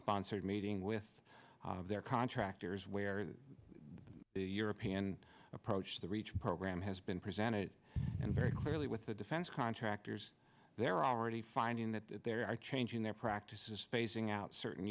sponsored meeting with their contractors where the european approach the reach program has been presented and very clearly with the defense contractors they're already finding that there are changing their practices phasing out certain